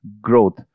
growth